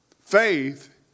Faith